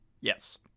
Yes